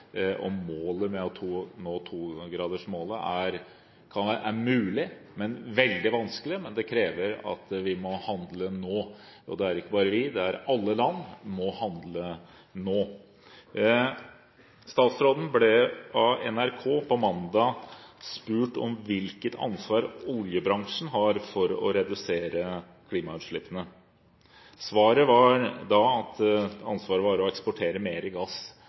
Å nå togradersmålet er mulig, men veldig vanskelig, og det krever at vi handler nå. Og ikke bare vi, men alle land må handle nå. Statsråden ble av NRK på mandag spurt om hvilket ansvar oljebransjen har for å redusere klimautslippene. Svaret var da at ansvaret lå i å eksportere mer gass til Europa. Det er ikke et svar som står helt i